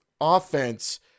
offense